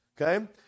okay